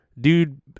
dude